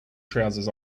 trousers